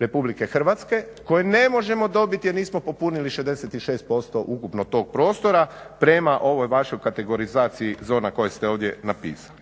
RH koje ne možemo dobiti jer nismo popunili 66% ukupno tog prostora prema ovoj vašoj kategorizaciji zona koje ste ovdje napisali.